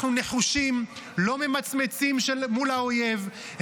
אנחנו נחושים, לא ממצמצים מול האויב.